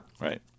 Right